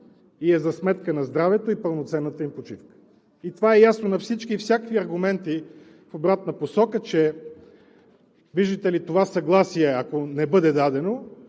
и е за сметка на здравето и пълноценната им почивка. Това е ясно на всички. Всякакви аргументи в обратна посока, че, виждате ли, това съгласие, ако не бъде дадено,